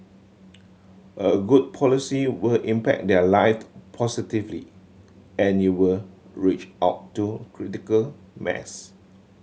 a good policy will impact their lives positively and you will reach out to critical mass